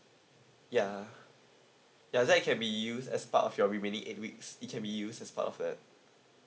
ya ya that can be used as part of your remaining eight weeks it can be used as part of that